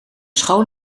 school